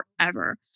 forever